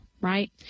Right